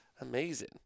Amazing